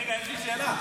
רגע, יש לי שאלה.